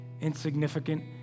insignificant